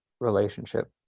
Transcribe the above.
relationship